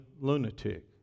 lunatic